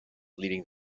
leading